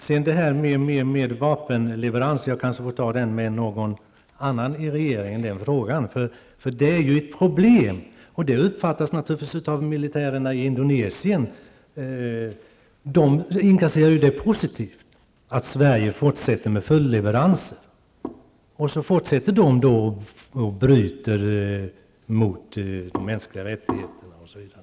Frågan om vapenleveranser kanske jag får ta upp med någon annan i regeringen -- det är ju ett problem att det faktum att Sverige fortsätter med följdleveranser bl.a. av militärerna i Indonesien inkasseras som någonting positivt. De fortsätter då att bryta mot de mänskliga rättigheterna, osv.